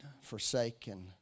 forsaken